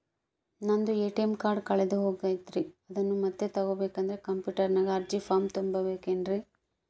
ನಂದು ATM card ಕಳೆದು ಹೋಗೈತ್ರಿ ಅದನ್ನು ಮತ್ತೆ ತಗೋಬೇಕಾದರೆ ಕಂಪ್ಯೂಟರ್ ನಾಗ ಅರ್ಜಿ ಫಾರಂ ತುಂಬಬೇಕನ್ರಿ?